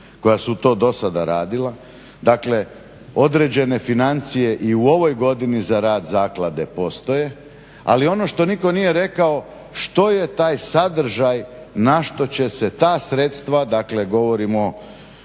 koja su to do sada radila. Dakle, određene financije i u ovoj godini za rad zaklade postoje. Ali ono što nitko nije rekao što je taj sadržaj na što će se ta sredstva, dakle govorimo